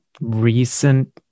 recent